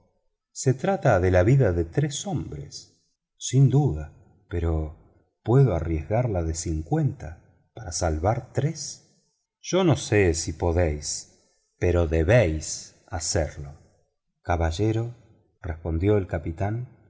se trata de la vida de tres hombres sin duda pero puedo arriesgar la de cincuenta para salvar tres yo no sé si podéis pero debéis hacerlo caballero respondió el capitán